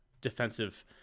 defensive